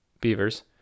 beavers